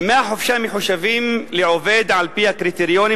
ימי החופשה מחושבים לעובד על-פי הקריטריונים